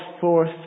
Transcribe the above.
forth